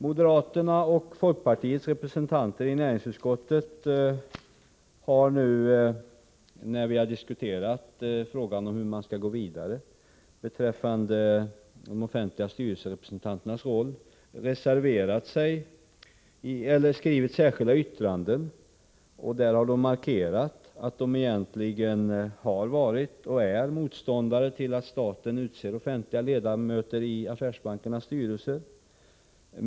Moderaternas och folkpartiets representanter i näringsutskottet har nu, efter att vi har diskuterat frågan om hur vi skall gå vidare beträffande de offentliga styrelserepresentanternas roll, skrivit särskilda yttranden, där de markerar att de egentligen har varit och är motståndare till att staten utser offentliga ledamöter i affärsbankernas styrelser.